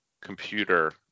computer